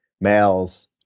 males